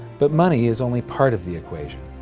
but money is only part of the equation.